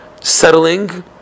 settling